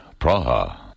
Praha